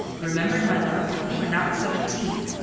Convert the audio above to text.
remember, my love, that you are not seventeen.